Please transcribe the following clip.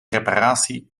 reparatie